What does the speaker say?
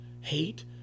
hate